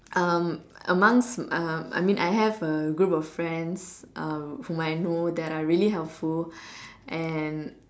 um amongst uh I mean I have a group of friends uh whom I know that are really helpful and